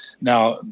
Now